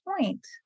point